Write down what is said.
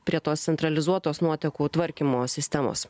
prie tos centralizuotos nuotekų tvarkymo sistemos